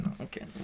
Okay